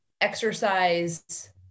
exercise